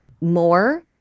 more